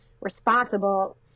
responsible